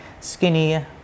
skinny